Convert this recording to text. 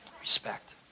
Respect